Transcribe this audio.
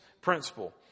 principle